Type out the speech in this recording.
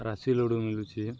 ରାଶ ଲଡ଼ୁ ମିିଳୁଛି